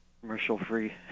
commercial-free